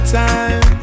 time